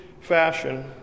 fashion